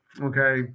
okay